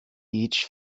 each